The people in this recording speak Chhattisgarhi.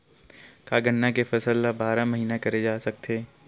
का गन्ना के फसल ल बारह महीन करे जा सकथे?